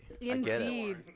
Indeed